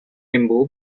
limbu